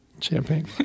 champagne